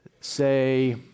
say